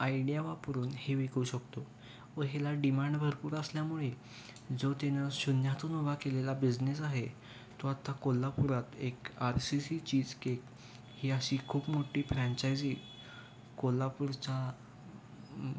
idea वापरून हे विकू शकतो व हीला डिमांड भरपूर असल्यामुळे जो त्यानं शून्यातून उभा केलेला बिझनेस आहे तो आता कोल्हापूरात एक R C C cheese cake ही अशी खूप मोठी फ्रॅचायजी कोल्हापूरचा